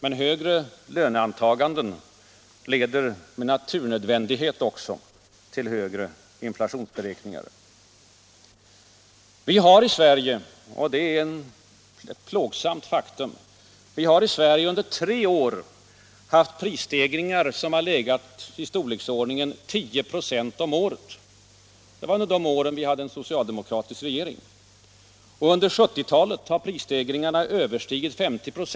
Men högre löneantaganden leder med naturnödvändighet också till högre inflationsberäkningar. Vi har i Sverige — och det är ett plågsamt faktum — under tre år haft prisstegringar i storleksordningen 10 96 om året, och under 1970-talet har prisstegringarna överstigit 50 96.